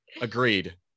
Agreed